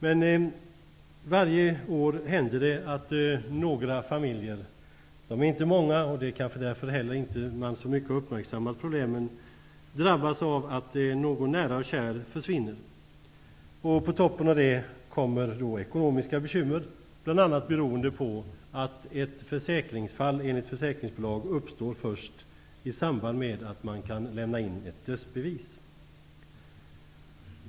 Men varje år händer det att några familjer -- de är inte många och det kanske är därför man inte heller så mycket har uppmärksammat problemen -- drabbas av att någon nära och kär försvinner. På toppen av detta uppstår då ekonomiska bekymmer, bl.a. beroende på att ett försäkringsfall, enligt försäkringsbolag, först uppstår i samband med att man kan lämna in ett dödsbevis.